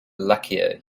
luckier